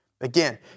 Again